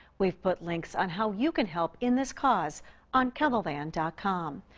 we've put links on how you can help in this cause on keloland and com.